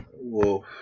Wolf